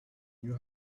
you